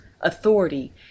authority